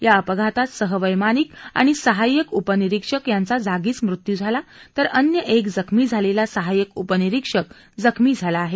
या अपघातात सहवैमानिक आणि सहाय्यक उपनिरीक्षक यांचा जागीच मृत्यू झाला तर अन्य एक जखमी झालेला सहाय्यक उपनिरीक्षक जखमी झाला होता